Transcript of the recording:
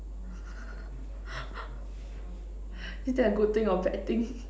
is that a good thing or bad thing